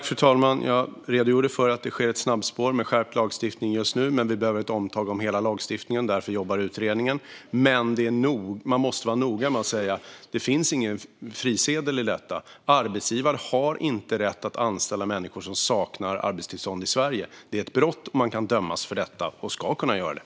Fru talman! Jag redogjorde för att det sker ett snabbspår med skärpt lagstiftning just nu. Vi behöver dock ett omtag om hela lagstiftningen, och därför jobbar utredningen. Man måste också vara noga med att säga att det inte finns någon frisedel i detta. Arbetsgivare har inte rätt att anställa människor som saknar arbetstillstånd i Sverige. Det är ett brott, och detta kan man dömas för.